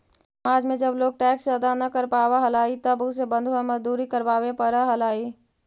समाज में जब लोग टैक्स अदा न कर पावा हलाई तब उसे बंधुआ मजदूरी करवावे पड़ा हलाई